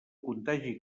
contagi